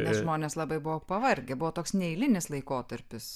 nes žmonės labai buvo pavargę buvo toks neeilinis laikotarpis